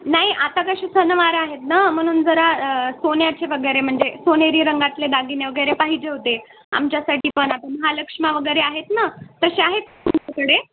नाही आता कसे सणवार आहेत ना म्हणून जरा सोन्याचे वगैरे म्हणजे सोनेरी रंगातले दागिने वगैरे पाहिजे होते आमच्यासाठी पण आता महालक्ष्मा वगैरे आहेत ना तसे आहेत तुमच्याकडे